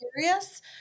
curious